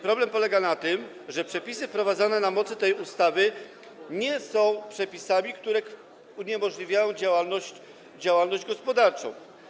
Problem polega na tym, że przepisy wprowadzone na mocy tej ustawy nie są przepisami, które uniemożliwiałyby działalność gospodarczą.